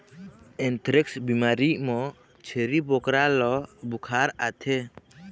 anthrax बिमारी म छेरी बोकरा ल बुखार आथे